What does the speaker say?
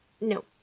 No